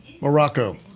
Morocco